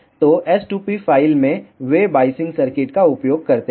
तो s2p file में वे बायसिंग सर्किट का उपयोग करते हैं